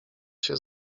się